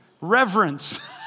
Reverence